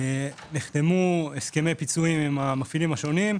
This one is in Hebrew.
נחתמו הסכמי פיצויים עם המפעילים השונים,